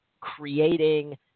creating